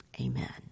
Amen